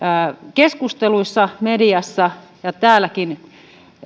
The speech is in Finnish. keskusteluissa mediassa ja täälläkin